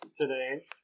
today